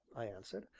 i answered,